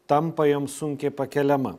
tampa jom sunkiai pakeliama